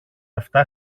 αυτά